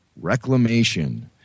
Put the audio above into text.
Reclamation